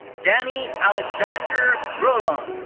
danny alexander grullon.